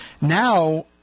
Now